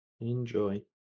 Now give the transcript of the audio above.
Enjoy